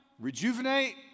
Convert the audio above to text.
rejuvenate